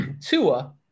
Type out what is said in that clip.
tua